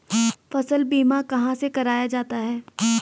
फसल बीमा कहाँ से कराया जाता है?